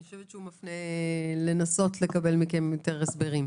אני חושבת שהוא מנסה לקבל מכם יותר הסברים.